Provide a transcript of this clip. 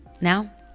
Now